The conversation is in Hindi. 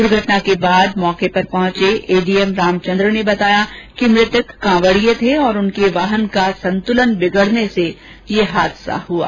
दुर्घटना के बाद मौके पर पहचें एडीएम रामचंद्र ने बताया कि मुतक कांवडिये थे और उनके वाहन का संतुलन बिगडने से ये हादसा हआ